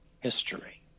history